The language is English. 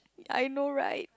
I know right